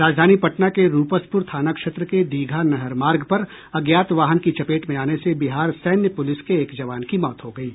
राजधानी पटना के रूपसपुर थाना क्षेत्र के दीघा नहर मार्ग पर अज्ञात वाहन की चपेट में आने से बिहार सैन्य पुलिस के एक जवान की मौत हो गयी